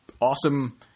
awesome